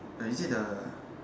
the is it the